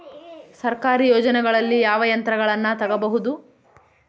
ಸರ್ಕಾರಿ ಯೋಜನೆಗಳಲ್ಲಿ ಯಾವ ಯಂತ್ರಗಳನ್ನ ತಗಬಹುದು?